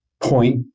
point